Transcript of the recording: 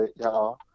y'all